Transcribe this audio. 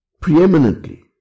preeminently